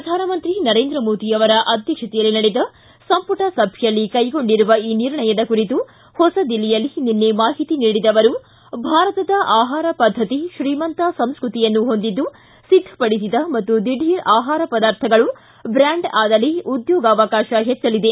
ಪ್ರಧಾನಮಂತ್ರಿ ನರೇಂದ್ರ ಮೋದಿ ಅವರ ಅಧ್ಯಕ್ಷೆತಯಲ್ಲಿ ನಡೆದ ಸಂಪುಟ ಸಭೆಯಲ್ಲಿ ಕೈಗೊಂಡಿರುವ ಈ ನಿರ್ಣಯದ ಕುರಿತು ಹೊಸದಿಲ್ಲಿಯಲ್ಲಿ ನಿನ್ನೆ ಮಾಹಿತಿ ನೀಡಿದ ಅವರು ಭಾರತದ ಆಹಾರ ಪದ್ಧತಿ ಶ್ರೀಮಂತ ಸಂಸ್ಟತಿಯನ್ನು ಹೊಂದಿದ್ದು ಸಿದ್ದಪಡಿಸಿದ ಮತ್ತು ದಿಢೀರ್ ಆಹಾರ ಪದಾರ್ಥಗಳು ಬ್ರ್ಯಾಂಡ್ ಆದಲ್ಲಿ ಉದ್ಯೋಗಾವಕಾಶ ಹೆಚ್ಚಲಿದೆ